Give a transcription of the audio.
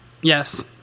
Yes